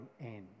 end